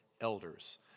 elders